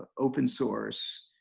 open source